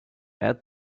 add